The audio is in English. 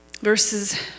verses